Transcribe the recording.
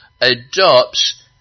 adopts